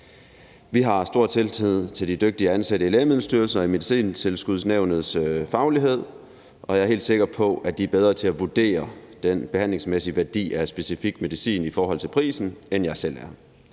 Vi har stor tillid til fagligheden hos de dygtige ansatte i Lægemiddelstyrelsen og i Medicintilskudsnævnet, og jeg er helt sikker på, at de er bedre til at vurdere den behandlingsmæssige værdi af en specifik medicin i forhold til prisen, end jeg selv er.